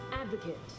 advocate